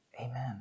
Amen